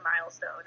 milestone